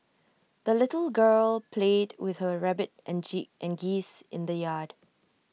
the little girl played with her rabbit and G and geese in the yard